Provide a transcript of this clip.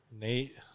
Nate